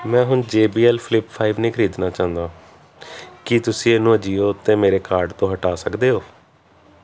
ਮੈਂ ਹੁਣ J B L flip five ਨਹੀਂ ਖਰੀਦਣਾ ਚਾਹੁੰਦਾ ਕੀ ਤੁਸੀਂ ਇਹਨੂੰ ਏਜੀਓ ਉੱਤੇ ਮੇਰੇ ਕਾਰਟ ਤੋਂ ਹਟਾ ਸਕਦੇ ਹੋ